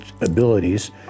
abilities